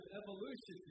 evolution